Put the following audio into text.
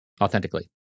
authentically